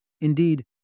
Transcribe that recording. Indeed